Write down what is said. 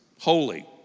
holy